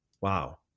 Wow